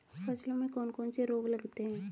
फसलों में कौन कौन से रोग लगते हैं?